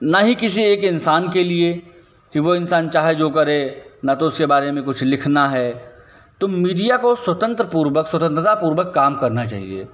ना ही किसी एक इंसान के लिए कि वो इन्सान चाहे जो करे ना तो उसके बारे में कुछ लिखना है तो मीडिया को स्वतंत्र पूर्वक स्वतंत्रता पूर्वक काम करना चाहिए